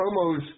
promos